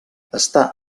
està